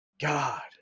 god